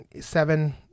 seven